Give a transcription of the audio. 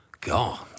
God